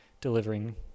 delivering